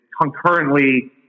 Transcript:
concurrently